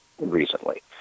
recently